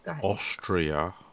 Austria